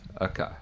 okay